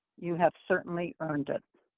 you have certainly earned it.